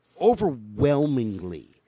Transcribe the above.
overwhelmingly